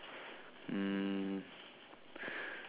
um